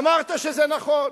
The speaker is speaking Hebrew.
אמרת שזה נכון,